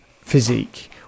physique